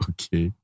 Okay